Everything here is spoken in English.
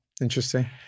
Interesting